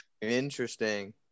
Interesting